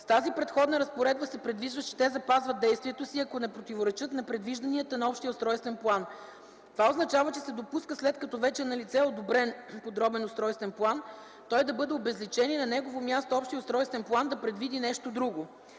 С тази Преходна разпоредба се предвижда, че те запазват действието си, ако не противоречат на предвижданията на общия устройствен план. Това означава, че се допуска след като вече е налице одобрен подробен устройствен план, той да бъде обезличен и на негово място общият устройствен план да предвиди нещо друго.